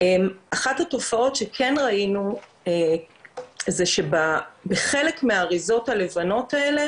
אחת התופעות שכן ראינו זה שבחלק מהאריזות הלבנות האלה